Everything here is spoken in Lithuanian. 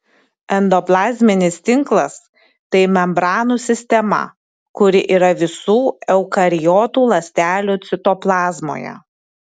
endoplazminis tinklas tai membranų sistema kuri yra visų eukariotų ląstelių citoplazmoje